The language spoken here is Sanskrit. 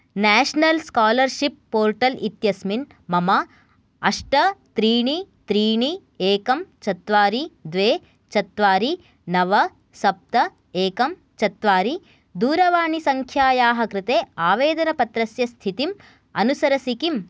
न्याषनल् स्कालर्षिप् पोर्टल् इत्यस्मिन् मम अष्ट त्रीणि त्रीणि एकं चत्वारि द्वे चत्वारि नव सप्त एकं चत्वारि दूरवाणीसङ्ख्यायाः कृते आवेदनपत्रस्य स्थितिम् अनुसरसि किम्